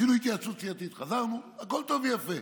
עשינו התייעצות סיעתית, חזרנו, הכול טוב ויפה.